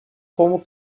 como